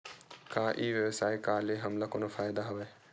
का ई व्यवसाय का ले हमला कोनो फ़ायदा हवय?